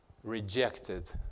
rejected